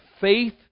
faith